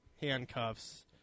handcuffs